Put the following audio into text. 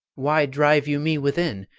why drive you me within?